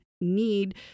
need